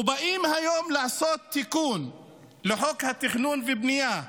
באים היום לעשות תיקון לחוק התכנון והבנייה ומדברים,